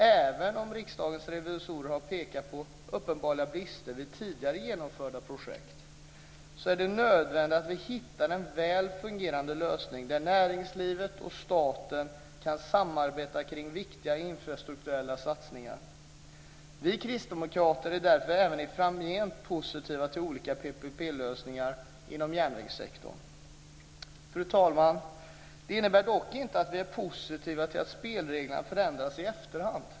Även om Riksdagens revisorer har pekat på uppenbara brister i tidigare genomförda projekt är det nödvändigt att vi hittar en väl fungerande lösning där näringslivet och staten kan samarbeta kring viktiga infrastrukturella satsningar. Vi kristdemokrater är därför även framgent positiva till olika PPP-lösningar inom järnvägssektorn. Fru talman! Detta innebär dock inte att vi är positiva till att spelreglerna förändras i efterhand.